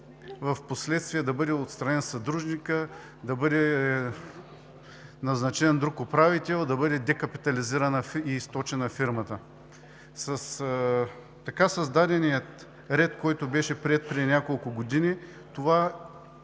впоследствие да бъде отстранен съдружникът, да бъде назначен друг управител, да бъде декапитализирана и източена фирмата. С така създадения ред, който беше приет преди няколко години, това